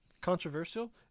Controversial